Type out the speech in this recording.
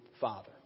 Father